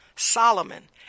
Solomon